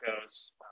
goes